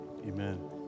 Amen